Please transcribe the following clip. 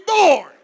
born